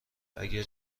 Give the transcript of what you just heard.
اگر